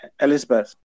Elizabeth